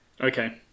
Okay